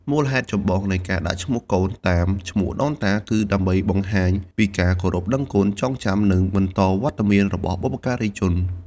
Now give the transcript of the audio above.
មូលហេតុចម្បងនៃការដាក់ឈ្មោះកូនតាមឈ្មោះដូនតា គឺដើម្បីបង្ហាញពីការគោរពដឹងគុណ ចងចាំ និងបន្តវត្តមានរបស់បុព្វការីជន។